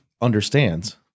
understands